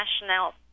National